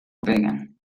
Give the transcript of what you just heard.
pegan